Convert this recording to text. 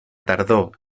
tardor